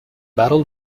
battle